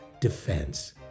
defense